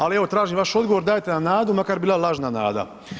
Ali evo tražim vaš odgovor, dajte nam nadu makar bila lažna nada.